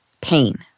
pain